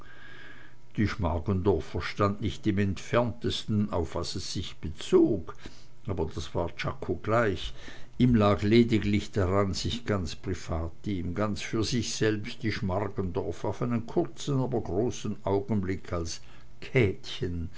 die schmargendorf verstand nicht im entferntesten auf was es sich bezog aber das war czako gleich ihm lag lediglich daran sich ganz privatim ganz für sich selbst die schmargendorf auf einen kurzen aber großen augenblick als käthchen